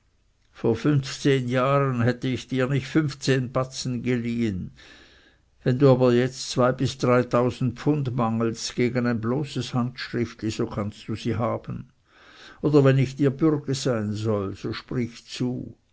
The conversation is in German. vor fünfzehn jahren hätte ich dir nicht fünfzehn batzen geliehen wenn du aber jetzt zwei bis dreitausend pfund mangelst gegen ein bloßes handschriftli so kannst du sie haben oder wenn ich dir bürge sein soll so sprich zu